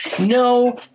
No